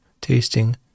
tasting